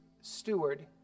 steward